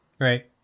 right